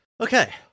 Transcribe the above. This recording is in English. Okay